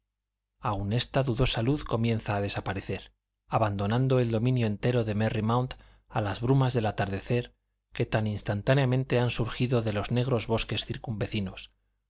aun esta dudosa luz comienza a desaparecer abandonando el dominio entero de merry mount a las brumas del atardecer que tan instantáneamente han surgido de los negros bosques circunvecinos